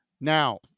Now